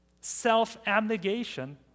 self-abnegation